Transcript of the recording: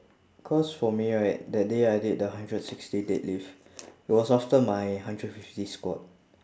cause for me right that day I did the hundred sixty deadlift it was after my hundred fifty squat